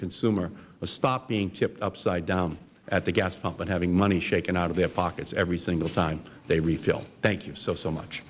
consumer to stop being tipped upside down at the gas pump and having money shaken out of their pockets every single time they refill thank you so much